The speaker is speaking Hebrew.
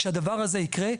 כשהדבר הזה יקרה,